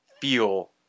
feel